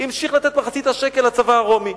המשיך לתת מחצית השקל לצבא הרומי,